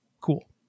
Cool